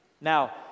Now